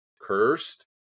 Cursed